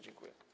Dziękuję.